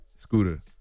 Scooter